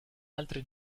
altri